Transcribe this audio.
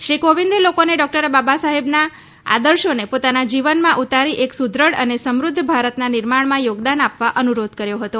શ્રી કોવિદે લોકોને ડ઼ોકટર આંબેડકરનાં આદર્શોને પોતાના જીવનમાં ઉતારી એક સુદૃઢ અને સમૃધ્ધ ભારતનાં નિર્માણમાં યોગદાન આપવા અનુરોધ કર્યો હતો